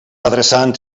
adreçant